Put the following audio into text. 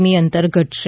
મી અંતર ઘટશે